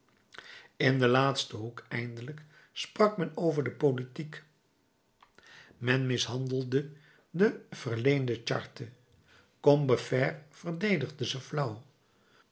in den laatsten hoek eindelijk sprak men over de politiek men mishandelde de verleende charte combeferre verdedigde ze flauw